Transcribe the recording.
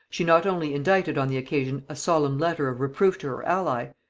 she not only indicted on the occasion a solemn letter of reproof to her ally,